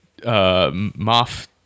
Moff